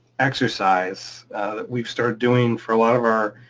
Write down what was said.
exercise that we've started doing for a lot of our.